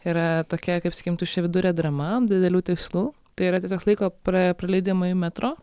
yra tokia kaip sakykim tuščiavidurė drama be didelių tikslų tai yra tiesiog laiko pra praleidimui metro